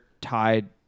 tied